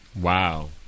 Wow